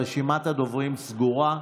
רשימת הדוברים סגורה.